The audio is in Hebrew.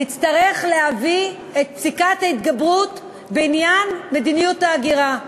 נצטרך להביא את פסקת ההתגברות בעניין מדיניות ההגירה.